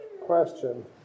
question